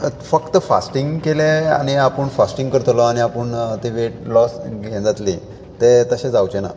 फक्त फास्टींग केलें आनी आपूण फास्टींग करतलो आनी आपूण ते वेट लॉस यें जातली तर तशें जावचें ना